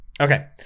Okay